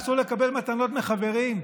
אסור לקבל מתנות מחברים?